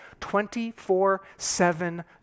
24-7